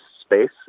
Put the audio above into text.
space